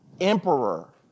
emperor